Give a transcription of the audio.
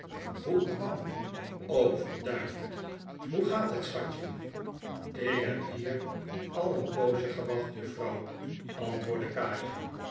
hoe kwam o verduiveld hoe gaat het schatje ik heb hier al een poos gewacht juffrouw antwoordde kaatje